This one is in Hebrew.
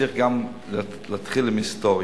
צריך גם להתחיל עם היסטוריה.